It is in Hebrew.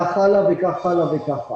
וכך הלאה וכך הלאה.